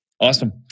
Awesome